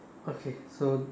okay so